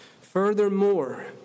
Furthermore